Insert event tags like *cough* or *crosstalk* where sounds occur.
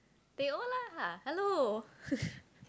teh O lah hello *laughs*